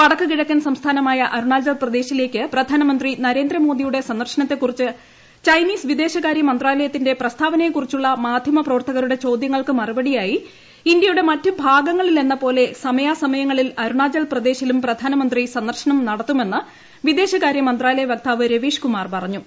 വടക്കു കിഴക്കൻ സംസ്ഥാനമായ അരുണാചൽ പ്രദേശിലേയ്ക്ക് സന്ദർശനത്തെക്കുറിച്ച് ചൈനീസ് വിദേശകാരൃ മന്ത്രാലയത്തിന്റെ പ്രസ്താവനയെക്കുറിച്ചുള്ള മാധ്യമ പ്രവർത്തകരുടെ ചോദ്യങ്ങൾക്ക് മറുപടിയായി ഇന്ത്യയുടെ മറ്റ് ഭാഗങ്ങളിലെന്നപോലെ സമയാസമയങ്ങളിൽ അരുണാചൽപ്രദേശിലും പ്രധാനമന്ത്രി സന്ദർശനം നടത്തുമെന്ന് വിദേശകാര്യ മന്ത്രാലയ വക്താവ് രവീഷ്കുമാർ പറഞ്ഞു